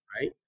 right